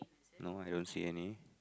no I don't see any